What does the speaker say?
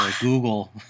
google